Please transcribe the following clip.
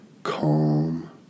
calm